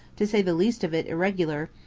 to say the least of it, irregular,